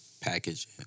Package